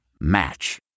Match